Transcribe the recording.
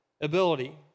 ability